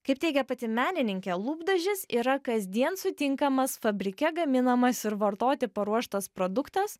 kaip teigia pati menininkė lūpdažis yra kasdien sutinkamas fabrike gaminamas ir vartoti paruoštas produktas